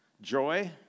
Joy